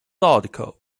article